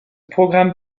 programme